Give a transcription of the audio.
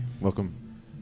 Welcome